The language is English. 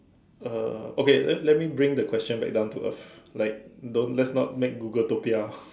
uh okay let let me bring the question back down to earth like don't let's not make Google too ya